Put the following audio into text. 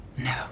No